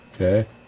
Okay